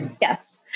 Yes